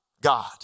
God